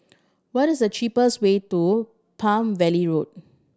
what the cheapest way to Palm Valley Road